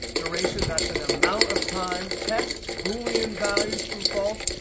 duration, that's an amount of time. text, boolean value, true, false.